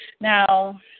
Now